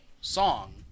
song